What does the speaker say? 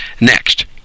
next